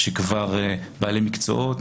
כבר בעלי מקצועות,